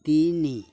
ତିନି